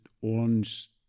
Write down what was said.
orange